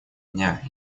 дня